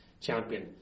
champion